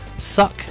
suck